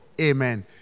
Amen